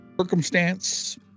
circumstance